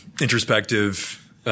introspective